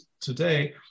today